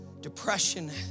depression